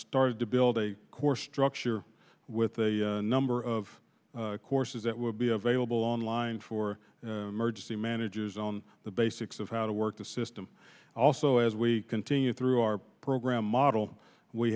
started to build a core structure with a number of courses that will be available online for emergency managers on the basics of how to work the system also as we continue through our program model we